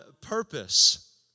purpose